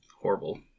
horrible